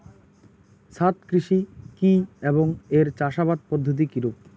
ছাদ কৃষি কী এবং এর চাষাবাদ পদ্ধতি কিরূপ?